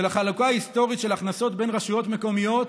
לחלוקה ההיסטורית של הכנסות בין רשויות מקומיות